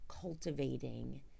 cultivating